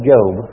Job